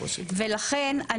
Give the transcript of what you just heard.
לכן,